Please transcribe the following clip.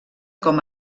com